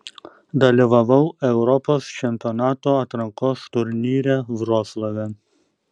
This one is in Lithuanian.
dalyvavau europos čempionato atrankos turnyre vroclave